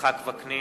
יצחק וקנין,